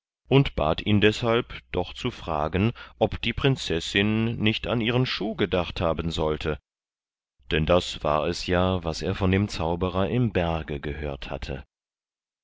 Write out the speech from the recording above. und bat ihn deshalb doch zu fragen ob die prinzessin nicht an ihren schuh gedacht haben sollte denn das war es ja was er von dem zauberer im berge gehört hatte